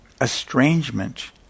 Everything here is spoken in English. estrangement